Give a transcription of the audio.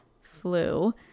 flu